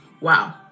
wow